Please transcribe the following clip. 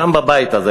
גם בבית הזה,